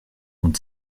und